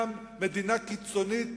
מדינה קיצונית,